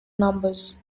numbers